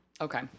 Okay